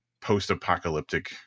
post-apocalyptic